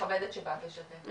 שבאת לשתף,